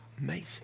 amazing